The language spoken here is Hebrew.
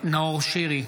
נאור שירי,